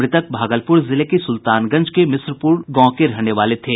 मृतक भागलपुर जिले के सुल्तानगंज के मिश्रपुर गांव के रहने वाले थे